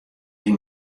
wie